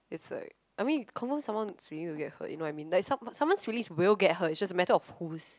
it's like I mean confirm someone's feelings will get hurt you know what I mean like some~ someone's feeling will get hurt it's just a matter of whose